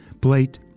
plate